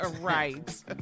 Right